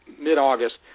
mid-August